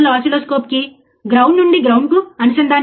మాకు ఓసిల్లోస్కోప్ అవసరం మరియు మాకు ఆపరేషనల్ యాంప్లిఫైయర్ అవసరం